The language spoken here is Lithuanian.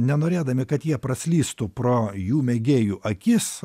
nenorėdami kad jie praslystų pro jų mėgėjų akis